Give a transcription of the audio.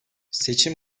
seçim